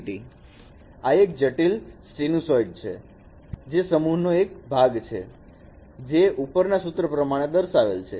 1 આ એક જટિલ સીનુંસાઈડ છે કે જે સમૂહ નો એક ભાગ છે જે ઉપરના સૂત્ર પ્રમાણે દર્શાવેલ છે